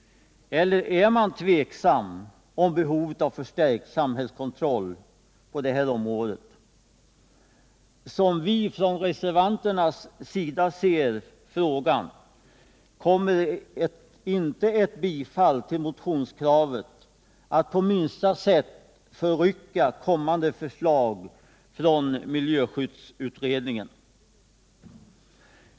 Eller är man tveksam om behovet av förstärkt samhällskontroll på detta område? Som vi reservanter ser det kommer inte ett bifall till motionskravet att på minsta sätt förrycka kommande förslag från utredningen.